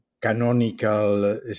canonical